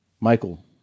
Michael